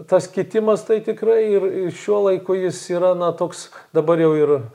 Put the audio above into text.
tas kitimas tai tikrai ir šiuo laiku jis yra na toks dabar jau ir